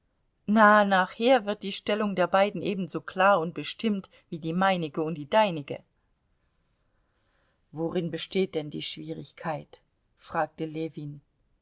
na nachher wird die stellung der beiden ebenso klar und bestimmt wie die meinige und die deinige worin besteht denn die schwierigkeit fragte ljewin